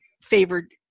favored